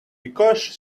because